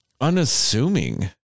unassuming